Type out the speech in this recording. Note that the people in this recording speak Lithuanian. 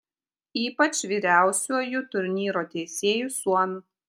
ypač vyriausiuoju turnyro teisėju suomiu